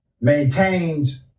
maintains